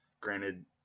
Granted